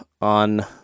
on